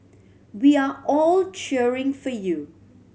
we are all cheering for you